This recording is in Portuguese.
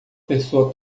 pessoa